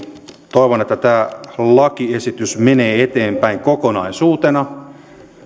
toivon että tämä lakiesitys menee eteenpäin kokonaisuutena